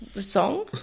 song